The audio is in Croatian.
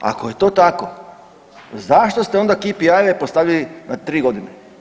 Ako je to tako, zašto ste onda KPI-eve postavili na 3 godine?